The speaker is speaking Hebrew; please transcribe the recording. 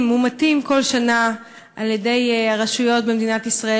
מומתים כל שנה על-ידי הרשויות במדינת ישראל,